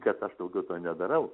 kad aš daugiau to nedarau